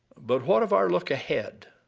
but what of our look ahead?